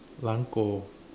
狼狗